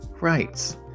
rights